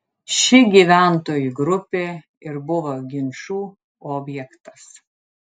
ši gyventojų grupė ir buvo ginčų objektas